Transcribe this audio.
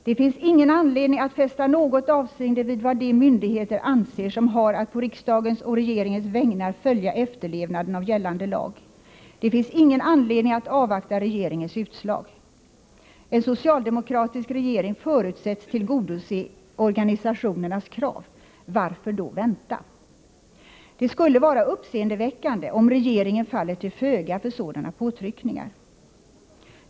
Det finns ingen anledning att fästa något avseende vid vad de myndigheter anser som har att på riksdagens och regeringens vägnar följa efterlevnaden av gällande lag. Det finns ingen anledning att avvakta regeringens utslag. En socialdemokratisk regering förutsätts tillgodose organisationernas krav. Varför då vänta? Det skulle vara uppseendeväckande om regeringen faller till föga för sådana påtryckningar.